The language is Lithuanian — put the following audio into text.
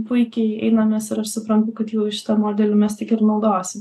puikiai einamės ir aš suprantu kad jau šitą modelį mes tik ir naudosim